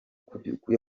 kubaka